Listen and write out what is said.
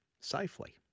safely